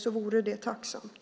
Det vore tacksamt.